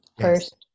First